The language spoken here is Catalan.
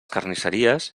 carnisseries